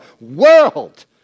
world